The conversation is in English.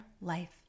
life